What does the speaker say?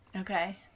okay